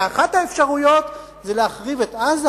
שאחת האפשרויות זה להחריב את עזה,